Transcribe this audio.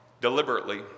deliberately